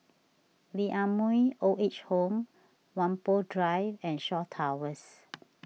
Lee Ah Mooi Old Age Home Whampoa Drive and Shaw Towers